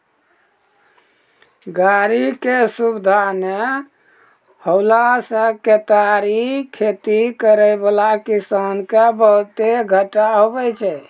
गाड़ी के सुविधा नै होला से केतारी खेती करै वाला किसान के बहुते घाटा हुवै छै